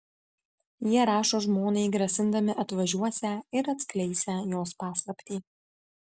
jie rašo žmonai grasindami atvažiuosią ir atskleisią jos paslaptį